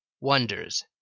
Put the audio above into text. wonders